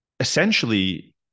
Essentially